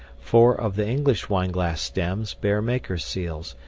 four of the english wineglass stems bear makers' seals,